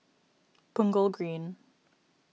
Punggol Green